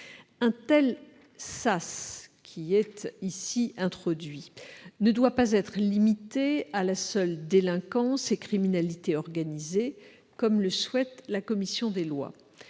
Un tel « sas » ne doit pas être limité à la seule délinquance et criminalité organisée, comme le souhaite la commission des lois.